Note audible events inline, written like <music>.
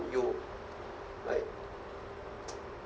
you like <noise>